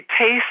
taste